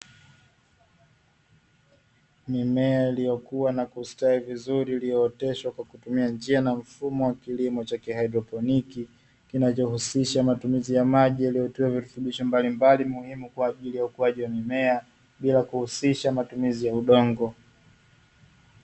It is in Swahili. Mimea iliyokuwa na kustawi vizuri iliyooteshwa kwa kutumia njia na mfumo wa kilimo cha haidroponi, kinachohusisha matumizi ya maji yaliotiwa virutubisho mbalimbali muhimu kwa ajili ukujaji wa mimea bila kuhusisha matumizi ya udongo.